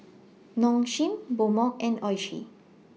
Nong Shim Mobot and Oishi